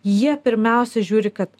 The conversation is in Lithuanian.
jie pirmiausiai žiūri kad